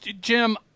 Jim